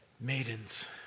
maidens